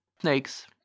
Snakes